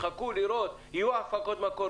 תחכו לראות: יהיו הפקות מקור,